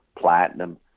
platinum